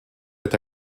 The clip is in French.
est